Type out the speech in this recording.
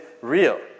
real